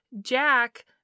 Jack